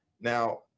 Now